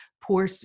poor